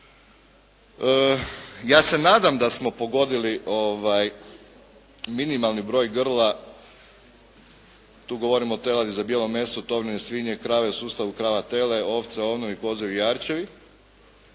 Ja se nadam da smo pogodili minimalni broj grla, tu govorimo o teladi za bijelo meso, tovljene svinje i krave u sustavu krava, tele, ovce, ovnovi, koze i jarčevi,